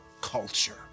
culture